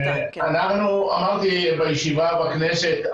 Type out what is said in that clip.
אמרתי בישיבה בכנסת,